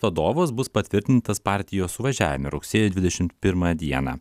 vadovas bus patvirtintas partijos suvažiavime rugsėjo dvidešimt pirmą dieną